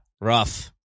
rough